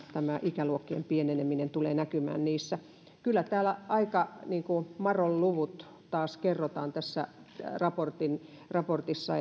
tämä ikäluokkien pieneneminen tulee näkymään viiveellä kyllä täällä aika niin kuin madonluvut taas kerrotaan tässä raportissa raportissa